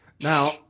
now